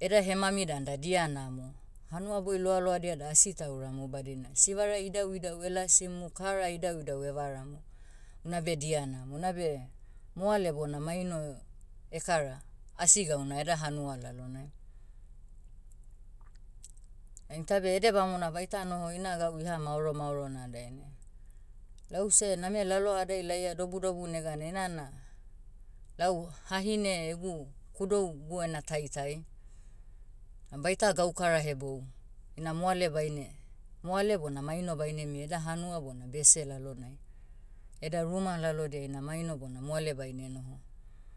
eda hemami dan da dia namo. Hanuaboi loaloadia da asi tauramu badina sivarai idauidau elasimu kara idauidau evaramu. Unabe dia namo, nabe, moale bona maino, ekara, asi gauna eda hanua lalonai. Ain tabe edebamona baita noho ina gau iha maoro maorona dainai. Lause name lalohadai laia dobudobu neganai enana, lau hahine egu, kudougu ena taitai, na baita gaukara hebou. Ina moale baine- moale bona maino baine mia eda hanua bona bese lalonai. Eda ruma lalodiai na maino bona moale baine noho.